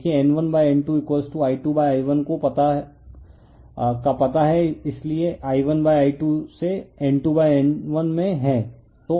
देखिए N1N2I2I1 को पता है कि इसलिए I1I2 से N2N1 में है